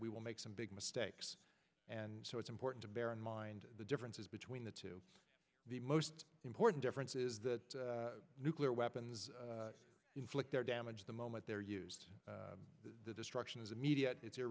we will make some big mistakes and so it's important to bear in mind the differences between the two the most important difference is that nuclear weapons inflict their damage the moment they are used the destruction is immediate it's